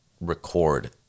record